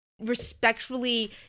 respectfully